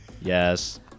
yes